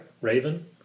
Raven